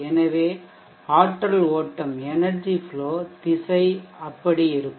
எனவே ஆற்றல் ஓட்டம் எனெர்ஜி ஃப்லோ திசை அப்படி இருக்கும்